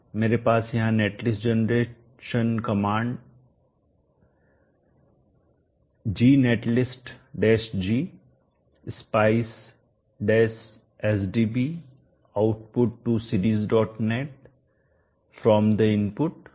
मेरे पास यहां netlist generation command gnetlist dash g spice dash sdb output to seriesnet from the input seriessch है